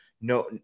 no